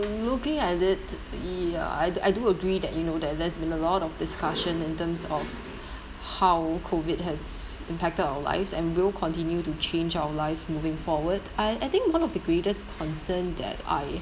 looking at it yeah I I do agree that you know there there's been a lot of discussion in terms of how COVID has impacted our lives and will continue to change our lives moving forward I I think one of the greatest concern that I